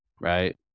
right